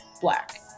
black